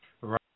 right